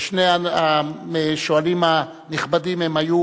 ושני השואלים הנכבדים היו